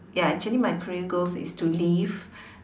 ya actually my career goals is to leave